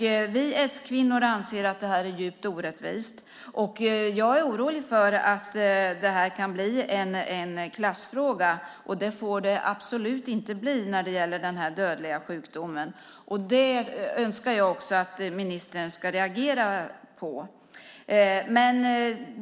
Vi s-kvinnor anser att det här är djupt orättvist. Jag är orolig för att det kan bli en klassfråga. Det får det absolut inte bli när det gäller den här dödliga sjukdomen. Det önskar jag också att ministern ska reagera på.